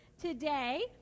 today